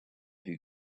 who